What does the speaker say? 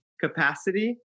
capacity